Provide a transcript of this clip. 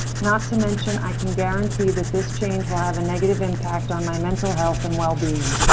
not to mention i can guarantee that this change will have a negative impact on my mental health and well being.